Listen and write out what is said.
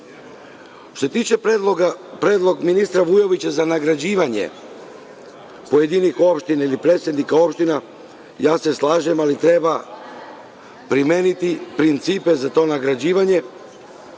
se tiče predloga ministra Vujovića za nagrađivanje pojedinih opština ili predsednika opština, ja se slažem, ali treba primeniti principe za to nagrađivanje.